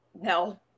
No